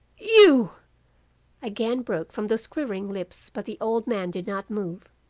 you again broke from those quivering lips, but the old man did not move.